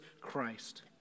Christ